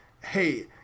Hey